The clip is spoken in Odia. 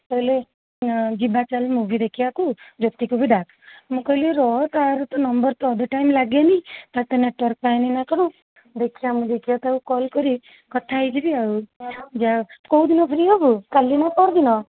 କହିଲେ ଯିବା ଚାଲ ମୁଭି ଦେଖିବାକୁ ଜ୍ୟୋତିକୁ ବି ଡ଼ାକ ମୁଁ କହିଲି ରହ ତା'ର ତ ନମ୍ବର ତ ଅଧେ ଟାଇମ୍ ଲାଗେନି ତା'ର ନେଟୱାର୍କ ପାଏନି ଏକରେ ଦେଖିବା ମୁଁ ଦେଖିବା ତାକୁ କଲ୍ କରିବି କଥା ହେଇଯିବି ଆଉ ଯା ହଉ କେଉଁଦିନ ଫ୍ରି ହେବୁ କାଲି ନା ପରଦିନ